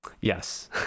Yes